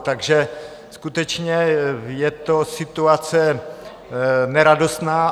Takže skutečně je to situace neradostná.